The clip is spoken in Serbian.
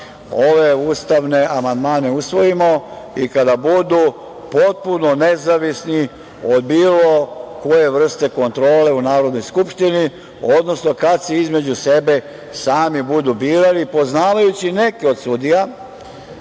ove ustavne amandmane usvojimo i kada budu potpuno nezavisni od bilo koje vrste kontrole u Narodnoj skupštini, odnosno kada se između sebe sami budu birali. Poznavajući neke od sudija,